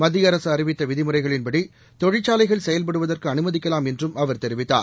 மத்திய அரசு அறிவித்த விதிமுறைகளின்படி தொழிற்சாலைகள் செயல்படுவதற்கு அனுமதிக்கலாம் என்றும் அவர் தெரிவித்தார்